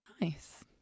Nice